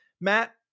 Matt